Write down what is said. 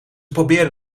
probeerde